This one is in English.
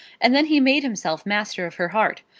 and then he made himself master of her heart.